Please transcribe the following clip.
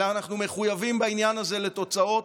אלא אנחנו מחויבים בעניין הזה לתוצאות,